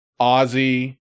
Ozzy